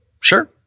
sure